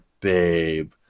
babe